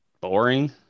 boring